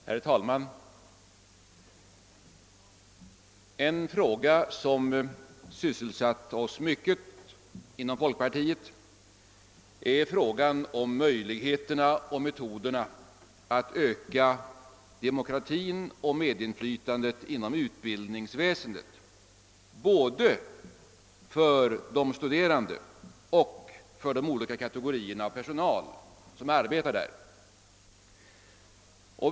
Herr talman! En fråga som sysselsatt oss mycket inom folkpartiet är frågan om möjligheterna och metoderna att öka demokratin och medinflytandet inom utbildningsväsendet både för de studerande och för de olika kategorierna av personal som arbetar där.